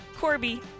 Corby